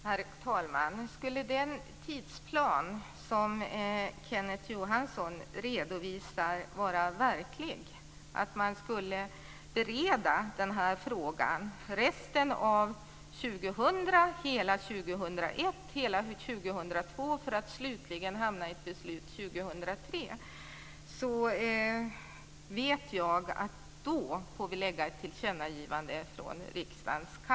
Herr talman! Om den tidsplan som Kenneth Johansson redovisade skulle vara verklig - dvs. att man skulle bereda frågan under resten av år 2000, hela 2001 och hela 2002 för att slutligen komma fram till ett beslut år 2003, då skulle vi i riksdagens kammare behöva göra ett tillkännagivande.